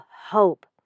hope